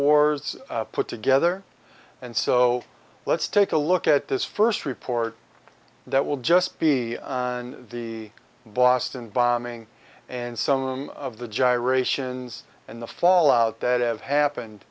fourth put together and so let's take a look at this first report that will just be on the boston bombing and some of the gyrations and the fallout that have happened